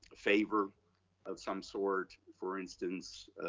favor of some sort, for instance,